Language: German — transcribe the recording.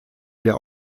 der